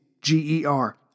G-E-R